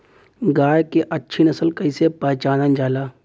गाय के अच्छी नस्ल कइसे पहचानल जाला?